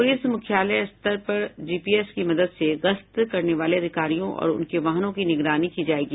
police मुख्यालय स्तर पर जीपीएस की मदद से गश्त करने वाले अधिकारियों और उनके वाहनों की निगरानी की जायेगी